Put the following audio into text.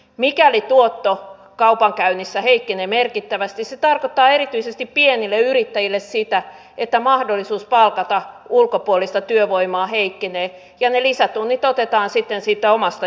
mikäli tuotto kaupankäynnissä heikkenee merkittävästi se tarkoittaa erityisesti pienille yrittäjille sitä että mahdollisuus palkata ulkopuolista työvoimaa heikkenee ja ne lisätunnit otetaan sitten siitä omasta jaksamisesta